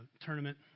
tournament